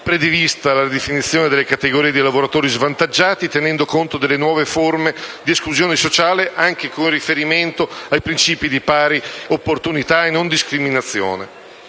prevista la ridefinizione delle categorie di lavoratori svantaggiati, tenendo conto delle nuove forme di esclusione sociale, anche con riferimento ai principi di pari opportunità e non discriminazione.